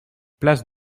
place